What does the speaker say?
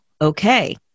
okay